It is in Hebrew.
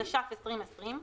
התש"ף-2020,